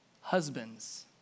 Husbands